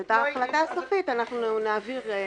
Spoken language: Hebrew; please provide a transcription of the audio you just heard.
את ההחלטה הסופית נעביר.